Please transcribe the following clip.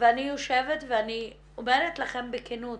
ואני יושבת ואני אומרת לכם בכנות,